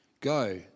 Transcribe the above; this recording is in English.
go